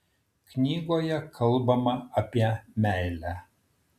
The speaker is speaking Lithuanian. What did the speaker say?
knygoje kalbama apie meilę